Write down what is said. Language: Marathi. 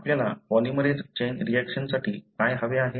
आपल्याला पॉलिमरेझ चैन रिऍक्शनसाठी काय हवे आहे